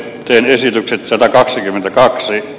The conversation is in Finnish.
tein esityksen satakaksikymmentäkaksi